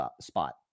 spot